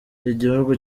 igihugu